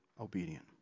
obedient